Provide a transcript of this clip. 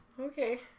Okay